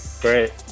Great